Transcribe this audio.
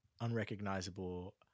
unrecognizable